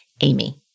Amy